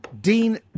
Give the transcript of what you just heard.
Dean